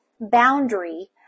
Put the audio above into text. boundary